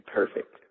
perfect